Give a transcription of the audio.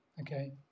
okay